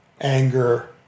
anger